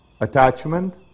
attachment